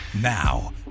Now